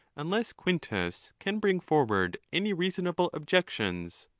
unless quintus can bring forward any reasonable objections.